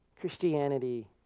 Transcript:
Christianity